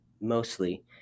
mostly